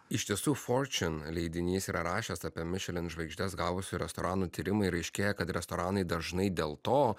iš tiesų fortune leidinys yra rašęs apie mišelin žvaigždes gavusių restoranų tyrimą ir aiškėja kad restoranai dažnai dėl to